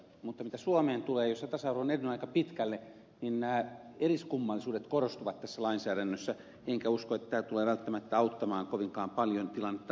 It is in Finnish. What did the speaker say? mutta mitä suomeen tulee jossa tasa arvo on edennyt aika pitkälle niin nämä eriskummallisuudet korostuvat tässä lainsäädännössä enkä usko että tämä tulee välttämättä auttamaan kovinkaan paljon tilannetta suomessa